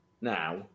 now